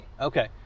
Okay